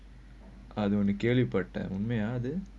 I know like clearly part time you mean other